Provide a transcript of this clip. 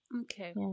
okay